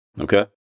okay